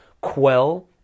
quell